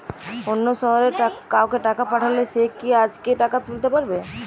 অন্য শহরের কাউকে টাকা পাঠালে সে কি আজকেই টাকা তুলতে পারবে?